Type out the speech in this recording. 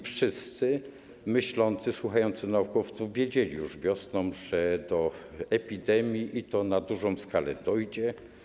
Wszyscy ludzie myślący, słuchający naukowców wiedzieli już wiosną, że do epidemii, i to na dużą skalę, dojdzie.